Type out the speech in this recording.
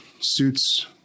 suits